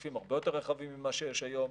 בהיקפים הרבה יותר רחבים ממה שיש היום,